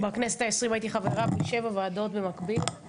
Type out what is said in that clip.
בכנסת העשרים הייתי חברה בשבע ועדות במקביל,